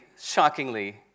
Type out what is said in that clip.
shockingly